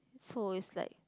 so is like